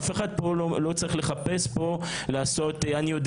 אף אחד לא צריך לחפש פה --- אני יודע